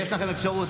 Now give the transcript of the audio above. יש לכם האפשרות